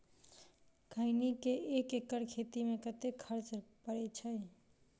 खैनी केँ एक एकड़ खेती मे कतेक खर्च परै छैय?